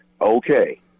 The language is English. okay